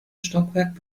stockwerk